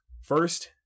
First